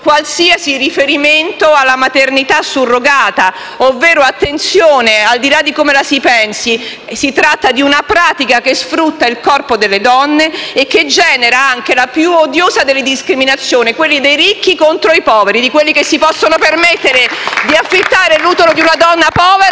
qualsiasi riferimento alla maternità surrogata. Bisogna infatti fare attenzione perché, al di là di come la si pensi, si tratta di una pratica che sfrutta il corpo delle donne e che genera anche la più odiosa delle discriminazioni, quella dei ricchi contro i poveri, di quelli cioè che si possono permettere di affittare l'utero di una donna povera